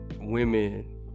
women